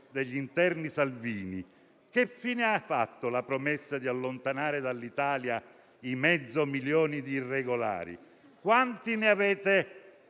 dell'interno Salvini che fine aveva fatto la promessa di allontanare dall'Italia il mezzo milione di irregolari? Quanti ne avete